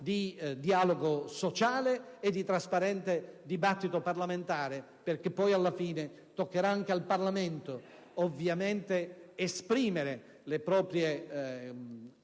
di dialogo sociale e di trasparente dibattito parlamentare, perché poi, alla fine, toccherà anche al Parlamento, ovviamente, esprimere le proprie